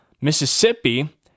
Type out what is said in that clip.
Mississippi